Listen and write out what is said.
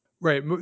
Right